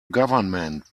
government